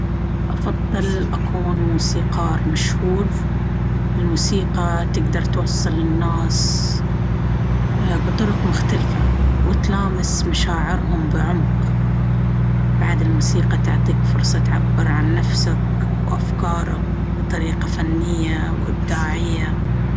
أفضل أكون موسيقار مشهور. الموسيقى تقدر توصل للناس بطرق مختلفة وتلامس مشاعرهم بعمق. بعد، الموسيقى تعطيك فرصة تعبر عن نفسك وأفكارك بطريقة فنية وإبداعية.